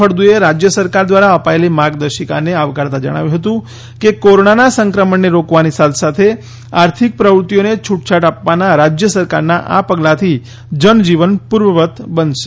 ફળદુએ રાજ્ય સરકાર દ્વારા અપાયેલી માર્ગદર્શિકાને આવકારતા જણાવ્યું હતું કે કોરોનાના સંક્રમણને રોકવાની સાથે સાથે આર્થિક પ્રવૃત્તિઓને છૂટછાટ આપવાના રાજ્ય સરકારના આ પગલાથી જનજીવન પૂર્વવત બનશે